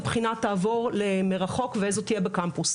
בחינה תעבור למרחוק ואיזו תהיה בקמפוס,